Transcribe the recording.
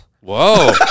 Whoa